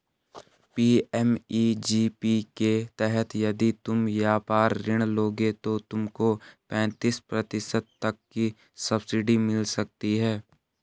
PMEGP के तहत यदि तुम व्यापार ऋण लोगे तो तुमको पैंतीस प्रतिशत तक की सब्सिडी मिल सकती है